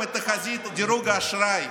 הורדתם את תחזית דירוג האשראי.